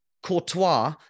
Courtois